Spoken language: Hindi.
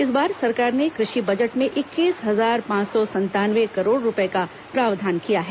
इस बार सरकार ने कृषि बजट में इक्कीस हजार पांच सौ संतानवे करोड़ रूपये का प्रावधान किया है